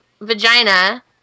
vagina